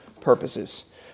purposes